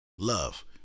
Love